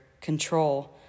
control